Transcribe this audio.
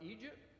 Egypt